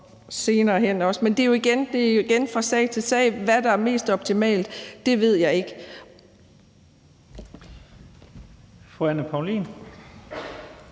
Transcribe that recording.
at det er fra sag til sag, og hvad der er mest optimalt, ved jeg ikke.